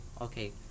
Okay